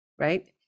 right